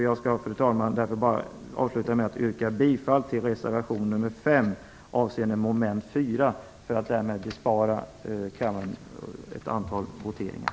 Jag vill avsluta med att yrka bifall bara till reservation nr